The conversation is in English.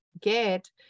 get